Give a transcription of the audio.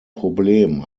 problem